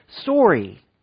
story